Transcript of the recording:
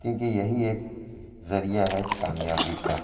کیونکہ یہی ایک ذریعہ ہے کامیابی کا